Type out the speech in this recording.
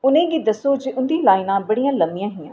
उ'नेंगी दस्सो जे उं'दी लाइनां बड़ियां लंम्मियां हियां